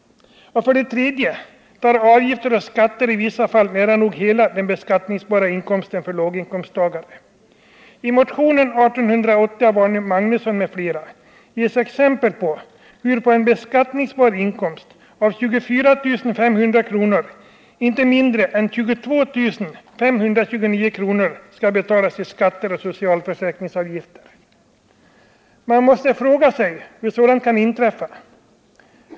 För det tredje tar avgifter och skatter i vissa fall nära nog hela den beskattningsbara inkomsten för låginkomsttagare. I motionen 1808 av Arne Magnusson m.fl. ges exempel på hur på en beskattningsbar inkomst av 24 500 kr. inte mindre än 22 529 kr. skall betalas i skatter och socialförsäkringsavgifter. Man måste fråga sig hur sådant kan inträffa.